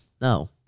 No